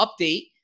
update